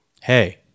hey